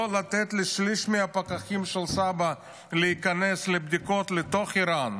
לא לתת לשליש מהפקחים של סבא"א להיכנס לבדיקות לתוך איראן,